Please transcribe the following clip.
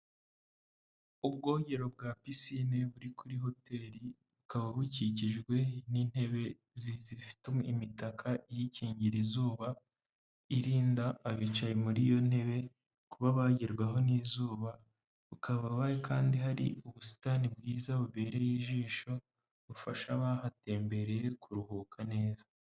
Ubwogero bwa pisine buri kuri hoteri, bukaba bukikijwe n'intebe zifite imitaka iyikingira izuba, irinda abicaye muri iyo ntebe kuba bagerwaho n'izuba, hakaba kandi hari ubusitani bwiza bubereye ijisho, bufasha abahatembereye kuruhuka neza.